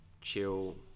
chill